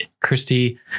Christy